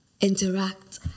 interact